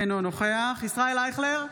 אינו נוכח ישראל אייכלר,